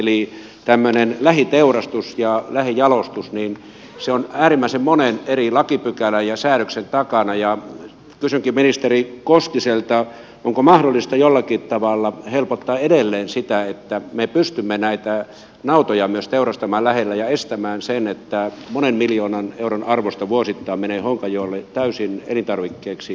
eli lähiteurastus ja lähijalostus ovat äärimmäisen monen eri lakipykälän ja säädöksen takana ja kysynkin ministeri koskiselta onko mahdollista jollakin tavalla helpottaa edelleen sitä että me pystymme nautoja myös teurastamaan lähellä ja estämään sen että monen miljoonan euron arvosta vuosittain menee honkajoelle täysin elintarvikkeeksi kelpaavaa lihaa